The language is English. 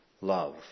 Love